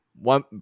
one